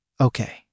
Okay